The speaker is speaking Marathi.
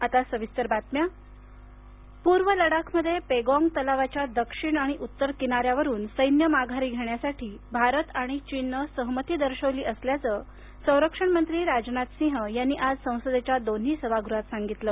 राजनाथ राज्यसभा पूर्व लडाखमध्ये पेगॉग तलावाच्या दक्षिण आणि उत्तर किनाऱ्यावरून सैन्य माघारी घेण्यासाठी भारत आणि चीननं सहमती दर्शवली असल्याचं संरक्षण मंत्री राजनाथ सिंह यांनी आज संसदेच्या दोन्ही सभागृहात सांगितलं